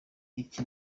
iki